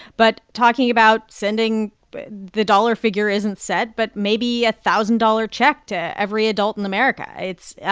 but talking about sending the dollar figure isn't set but maybe a thousand-dollar check to every adult in america. it's yeah